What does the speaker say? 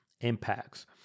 impacts